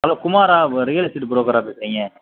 hello குமாரா real estate புரோக்கரா பேசுகிறீங்க